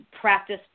practice